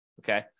okay